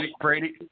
Brady